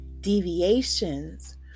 deviations